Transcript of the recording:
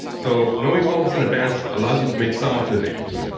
so knowing all these in advance allows you to make some optimizations.